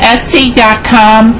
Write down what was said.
Etsy.com